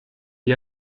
die